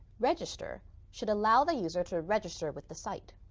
register should allow the user to register with the site.